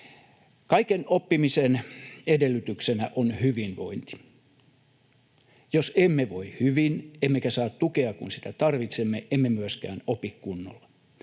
Kaiken oppimisen edellytyksenä on hyvinvointi. Jos emme voi hyvin emmekä saa tukea, kun sitä tarvitsemme, emme myöskään opi kunnolla.